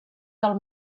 del